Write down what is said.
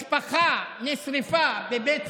משפחה נשרפה בבית צפאפא,